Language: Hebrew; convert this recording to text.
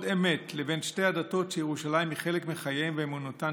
אמת לבני שתי הדתות שירושלים היא חלק מחייהן ואמונתן,